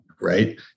right